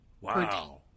Wow